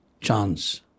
chance